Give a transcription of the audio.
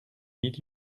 need